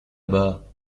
bas